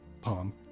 palm